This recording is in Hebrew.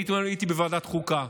אני אתמול הייתי בוועדת החוקה.